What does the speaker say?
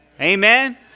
Amen